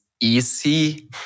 easy